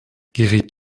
gerät